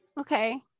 okay